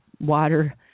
water